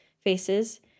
faces